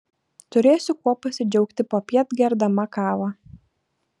turėsiu kuo pasidžiaugti popiet gerdama kavą